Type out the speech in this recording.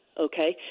Okay